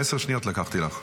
עשר שניות לקחתי לך.